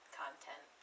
content